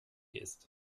ist